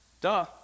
Duh